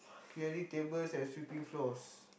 clearing tables and sweeping floors